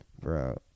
Bro